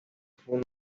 fundó